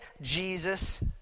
Jesus